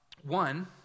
One